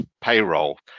payroll